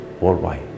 worldwide